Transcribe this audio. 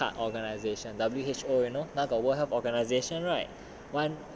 world hair cut organisation W_H_O you know now got world health organisation right